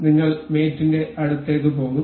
നിങ്ങൾ മേറ്റ് ന്റെ അടുത്തേക്ക് പോകും